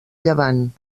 llevant